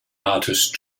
artist